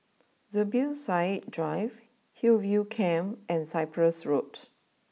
Zubir Said Drive Hillview Camp and Cyprus Road